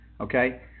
Okay